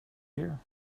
here